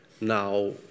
now